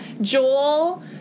Joel